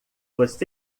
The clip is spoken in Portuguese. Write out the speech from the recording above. você